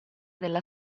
della